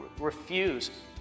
refuse